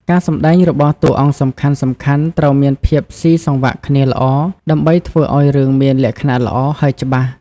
ការសម្ដែងរបស់តួអង្គសំខាន់ៗត្រូវមានភាពស៊ីសង្វាក់គ្នាល្អ ដើម្បីធ្វើឲ្យរឿងមានលក្ខណៈល្អ ហើយច្បាស់។